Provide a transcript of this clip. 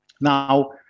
Now